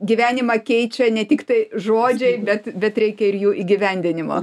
gyvenimą keičia ne tik tai žodžiai bet bet reikia ir jų įgyvendinimo